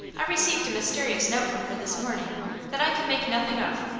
i received a mysterious note from her this morning that i can make nothing of.